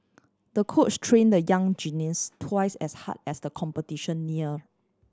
the coach trained the young gymnast twice as hard as the competition near